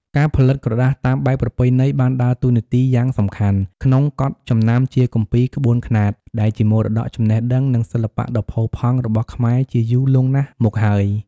ការផលិតក្រដាសតាមបែបប្រពៃណីបានដើរតួនាទីយ៉ាងសំខាន់ក្នុងកត់ចំណាំជាគម្ពីរក្បួនខ្នាត ដែលជាមរតកចំណេះដឹង និងសិល្បៈដ៏ផូរផង់របស់ខ្មែជាយូរលង់ណាស់មកហើយ។